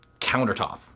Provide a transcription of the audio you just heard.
countertop